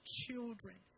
children